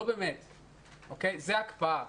זאת הקפאה.